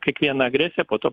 kiekviena agresija po to